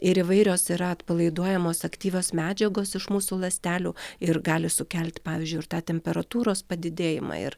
ir įvairios yra atpalaiduojamos aktyvios medžiagos iš mūsų ląstelių ir gali sukelti pavyzdžiui ir tą temperatūros padidėjimą ir